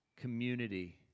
community